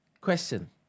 Question